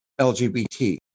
LGBT